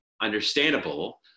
understandable